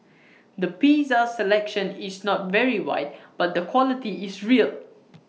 the pizza selection is not very wide but the quality is real